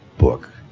book.